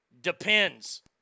Depends